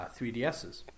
3DSs